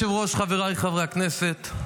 אדוני היושב-ראש, חבריי חברי הכנסת,